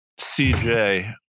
CJ